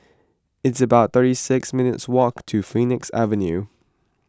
it's about thirty six minutes' walk to Phoenix Avenue